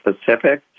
specific